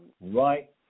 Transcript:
right